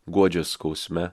guodžia skausme